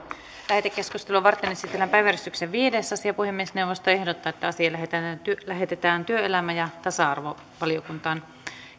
lähetekeskustelua varten esitellään päiväjärjestyksen viides asia puhemiesneuvosto ehdottaa että asia lähetetään työelämä ja tasa arvovaliokuntaan